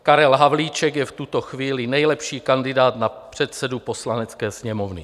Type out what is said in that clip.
Karel Havlíček je v tuto chvíli nejlepší kandidát na předsedu Poslanecké sněmovny.